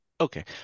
okay